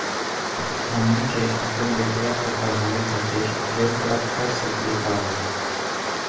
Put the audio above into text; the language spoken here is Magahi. हमनी के अपन बेटवा क पढावे खातिर लोन प्राप्त कर सकली का हो?